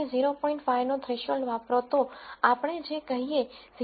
5 નો થ્રેશોલ્ડ વાપરો તો આપણે જે કહીએ 0